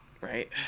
Right